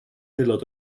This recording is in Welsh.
aelod